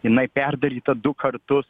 jinai perdaryta du kartus